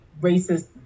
racist